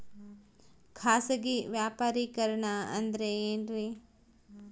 ಖಾಸಗಿ ವ್ಯಾಪಾರಿಕರಣ ಅಂದರೆ ಏನ್ರಿ?